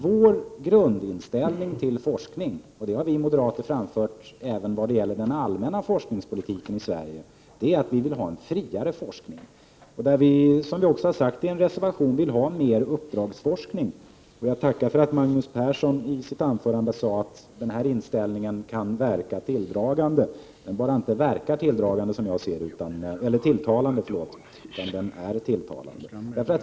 Vår grundinställning till forskning — det har vi moderater framfört även när det gäller den allmänna forskningspolitiken i Sverige — är att vi vill ha en friare forskning. Vi har också i en reservation sagt att vi vill ha mer uppdragsforskning. Jag tackar för att Magnus Persson i sitt anförande sade att den inställningen kan verka tilltalande. Den inte bara verkar tilltalande, som jag ser det — den är tilltalande!